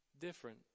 different